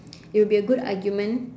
it'll be a good argument